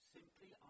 Simply